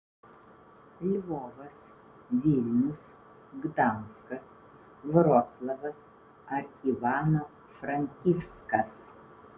lvovas vilnius gdanskas vroclavas ar ivano frankivskas